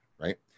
right